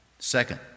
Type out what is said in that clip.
Second